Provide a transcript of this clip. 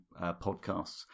podcasts